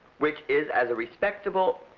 which is as a respectable,